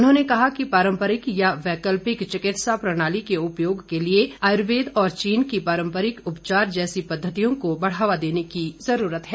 उन्होंने आगे कहा कि पारंपरिक या वैकल्पिक चिकित्सा प्रणाली के उपयोग के लिए आयुर्वेद और चीन की पारंपरिक उपचार जैसी पद्वतियों को बढ़ावा देने की जरूरत है